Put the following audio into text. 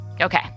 Okay